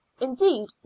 Indeed